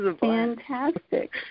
Fantastic